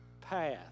path